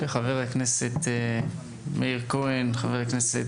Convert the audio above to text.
הנושא הוא דיון מהיר של חבר הכנסת מאיר כהן ושל חבר הכנסת